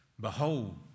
behold